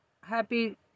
happy